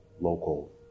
local